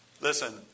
Listen